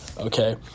Okay